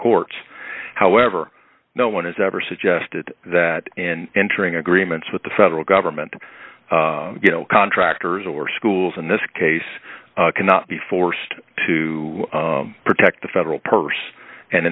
courts however no one has ever suggested that in entering agreements with the federal government you know contractors or schools in this case cannot be forced to protect the federal purse and